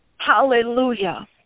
Hallelujah